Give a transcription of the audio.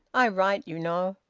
i write, you know.